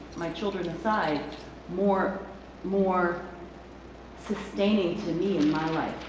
my children aside more more sustaining to me in my life,